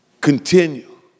continue